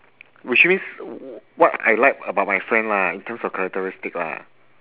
which means what I like about my friend lah in terms of characteristic lah